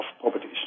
properties